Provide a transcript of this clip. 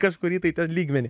kažkurį tai ten lygmenį